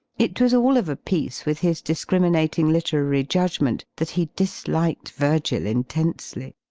it was all of a piece with his discriminating literary judgment that he disliked firgil intensely.